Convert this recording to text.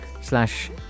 slash